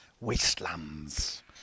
wastelands